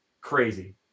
Crazy